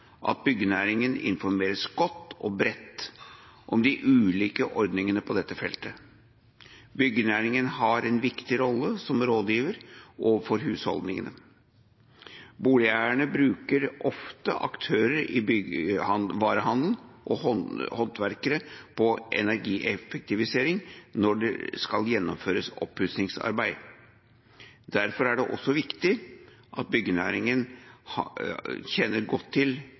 at byggenæringen informeres godt og bredt om de ulike ordningene på dette feltet. Byggenæringen har en viktig rolle som rådgiver overfor husholdningene. Boligeierne bruker ofte aktører i byggevarehandelen – og håndverkere – på energieffektivisering når det skal gjennomføres oppussingsarbeid. Derfor er det også viktig at byggenæringen kjenner godt til